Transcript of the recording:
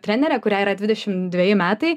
trenerė kuriai yra dvidešim dveji metai